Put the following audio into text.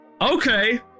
Okay